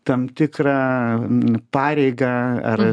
tam tikrą pareigą ar